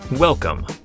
Welcome